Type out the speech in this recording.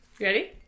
ready